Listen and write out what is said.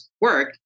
work